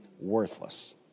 worthless